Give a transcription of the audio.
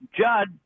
Judd